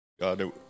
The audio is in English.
God